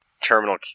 terminal